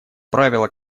правило